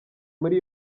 muri